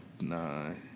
nine